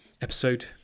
episode